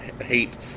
Hate